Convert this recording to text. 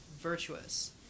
virtuous